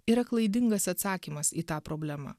yra klaidingas atsakymas į tą problemą